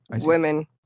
Women